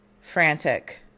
frantic